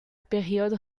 période